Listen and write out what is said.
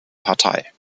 partei